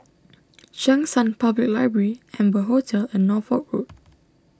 Cheng San Public Library Amber Hotel and Norfolk Road